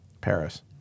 Paris